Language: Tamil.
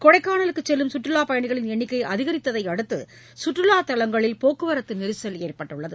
கொடைக்கானலுக்கு செல்லும் சுற்றுலாப் பயணிகளின் எண்ணிக்கை அதிகரித்ததை அடுத்து சுற்றுலாத் தலங்களில் போக்குவரத்து நெரிசல் ஏற்பட்டது